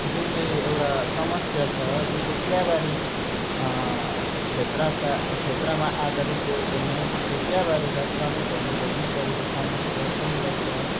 जुन चाहिँ एउटा समस्या छ जुन चाहिँ चियाबारी क्षेत्रका क्षेत्रमा आधारित त्यो उपन्यास जुन चाहिँ चियाबारी त्यहाँ श्रमिकहरूले भोग्नु परेको समस्या सङ्घर्ष